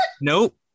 nope